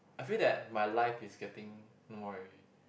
I feel that my life is getting no more already